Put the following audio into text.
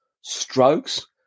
strokes